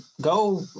go